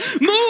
move